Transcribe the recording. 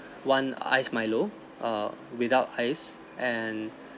one iced milo err without ice and